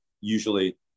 usually